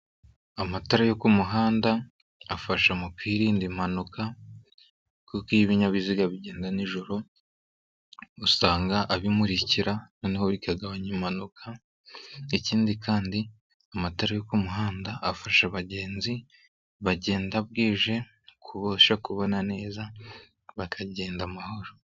Amatara yo kumuhanda afasha umuntu kwirinda impanuka kuko ibinyabiziga bigenda n'ijoro usanga abimurikira noneho bikagabanya impanuka. Ikindi kandi amatara yo kumuhanda afasha abagenzi bagenda bwije kurushaho kubona neza bakagenda amahoro.